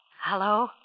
Hello